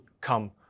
come